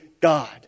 God